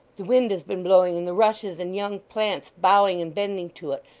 the wind has been blowing, and the rushes and young plants bowing and bending to it,